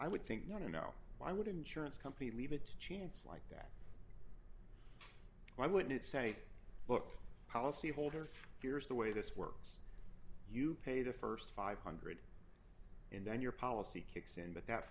i would think not to know why would an insurance company leave it to chance like that i wouldn't say book policyholder here's the way this works you pay the st five hundred and then your policy kicks in but that